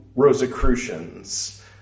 Rosicrucians